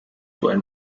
word